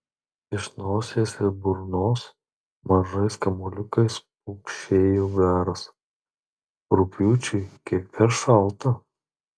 iš nosies ir burnos mažais kamuoliukais pukšėjo garas rugpjūčiui kiek per šalta